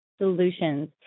Solutions